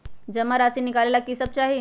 जमा राशि नकालेला कि सब चाहि?